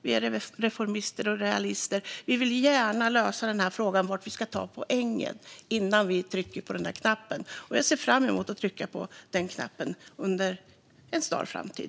Vi är reformister och realister. Vi vill gärna lösa frågan om var vi ska ta poängen innan vi trycker på den där knappen. Men jag ser fram emot att trycka på den knappen inom en snar framtid.